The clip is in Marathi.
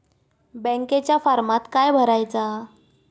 बँकेच्या फारमात काय भरायचा?